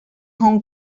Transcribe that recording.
hong